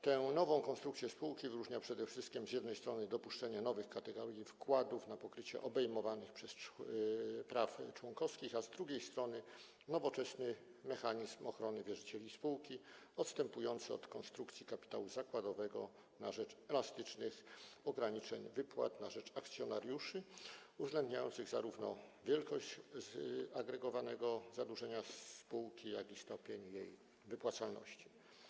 Tę nową konstrukcję spółki wyróżnia przede wszystkim z jednej strony dopuszczenie nowych kategorii wkładów na pokrycie obejmowanych praw członkowskich, a z drugiej strony nowoczesny mechanizm ochrony wierzycieli spółki odstępujący od konstrukcji kapitału zakładowego na rzecz elastycznych ograniczeń wypłat dla akcjonariuszy uwzględniających zarówno wielkość zagregowanego zadłużenia spółki, jak i stopień jej wypłacalności.